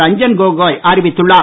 ரஞ்சன் கோகோய் அறிவித்துள்ளார்